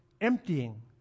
emptying